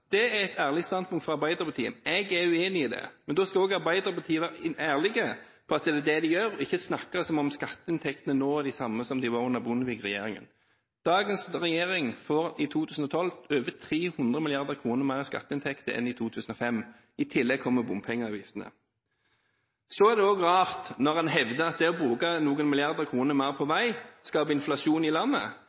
Det er et ærlig standpunkt fra Arbeiderpartiet. Jeg er uenig i det, men da skal også Arbeiderpartiet være ærlig på at det er det de gjør, og ikke snakke som om skatteinntektene nå er de samme som de var under Bondevik-regjeringen. Dagens regjering får i 2012 over 300 mrd. kr mer i skatteinntekter enn i 2005 – i tillegg kommer bompengeavgiftene. Så er det òg rart at en hevder at det å bruke noen milliarder kroner mer på vei skaper inflasjon i landet,